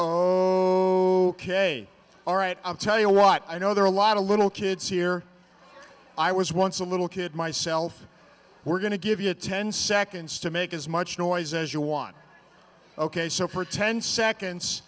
oh ok all right i'll tell you what i know there are a lot of little kids here i was once a little kid myself we're going to give you ten seconds to make as much noise as your one ok so for ten seconds